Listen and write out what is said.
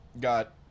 Got